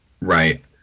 Right